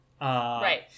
Right